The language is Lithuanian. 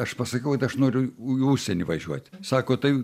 aš pasakiau kad aš noriu į užsienį važiuot sako tai